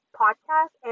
podcast